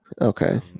Okay